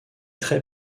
très